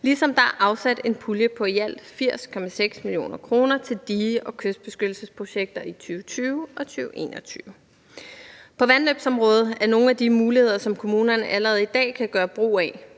ligesom der er afsat en pulje på i alt 80,6 mio. kr. til dige- og kystbeskyttelsesprojekter i 2020 og 2021. På vandløbsområdet er nogle af de muligheder, som kommunerne allerede i dag kan gøre brug af,